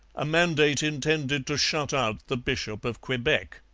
a mandate intended to shut out the bishop of quebec.